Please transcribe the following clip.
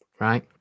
right